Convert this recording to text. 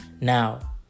Now